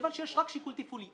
מכיוון שיש רק שיקול תפעולי.